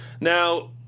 Now